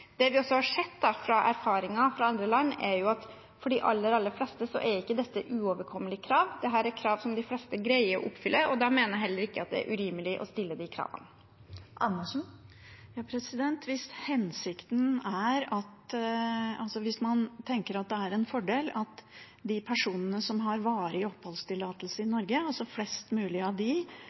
Det vi også har sett av erfaring fra andre land, er at for de aller, aller fleste er ikke dette uoverkommelige krav. Dette er krav som de fleste greier å oppfylle, og da mener jeg heller ikke det er urimelig å stille de kravene. Hvis man tenker det er en fordel at de personene som har varig oppholdstillatelse i Norge – flest mulig av dem – er statsborgere med de